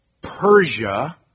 Persia